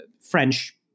french